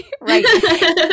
right